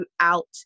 throughout